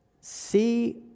see